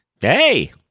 Hey